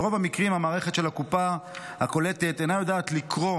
ברוב המקרים המערכת של הקופה הקולטת אינה יודעת לקרוא